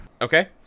Okay